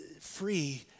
free